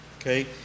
Okay